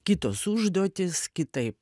kitos užduotys kitaip